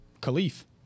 Khalif